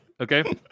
okay